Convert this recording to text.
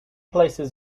places